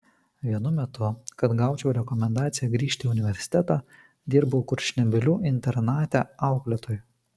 vienu metu kad gaučiau rekomendaciją grįžti į universitetą dirbau kurčnebylių internate auklėtoju